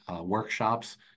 workshops